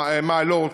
מעלות,